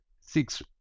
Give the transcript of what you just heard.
six